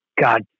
God